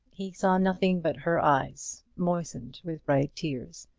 he saw nothing but her eyes, moistened with bright tears,